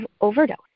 overdose